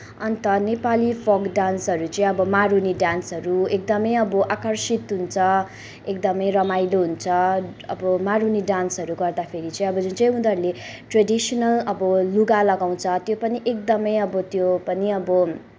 अन्त नेपाली फोक डान्सहरू चाहिँ अब मारूनी डान्सहरू एकदमै अब आकर्षित हुन्छ एकदमै रमाइलो हुन्छ अब मारूनी डान्सहरू गर्दाखेरि चाहिँ अब जुन चाहिँ उनीहरूले ट्रेडिसनल अब लुगा लगाउँछ त्यो पनि एकदमै अब त्यो पनि अब